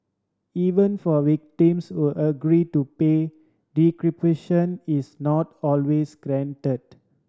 even for victims who agree to pay decryption is not always guaranteed